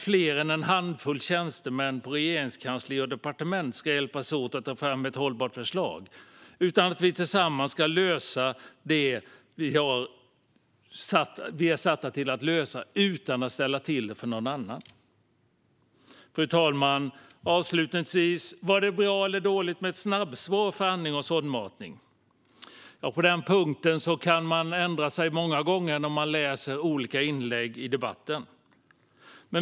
Fler än en handfull tjänstemän på Regeringskansliet och departement ska hjälpas åt att ta fram ett hållbart förslag. Vi ska tillsammans lösa det vi är satta att lösa utan att ställa till det för någon annan. Fru talman! Avslutningsvis: Var det bra eller dåligt med ett snabbspår för andning och sondmatning? På den punkten kan man ändra sig många gånger när man läser olika inlägg i debatten.